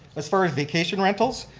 as far as vacation rentals?